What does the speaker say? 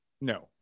No